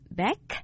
back